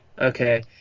Okay